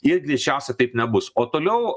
ir greičiausia taip nebus o toliau